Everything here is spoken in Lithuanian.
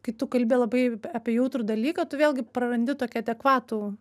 kai tu kalbi labai apie jautrų dalyką tu vėlgi prarandi tokį adekvatų